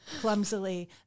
clumsily